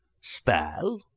Spell